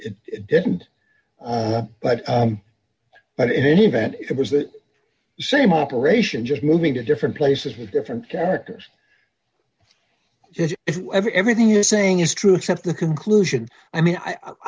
d it didn't but but in any event it was the same operation just moving to different places with different characters that everything you're saying is true except the conclusion i mean i